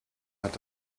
hat